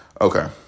Okay